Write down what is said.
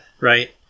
Right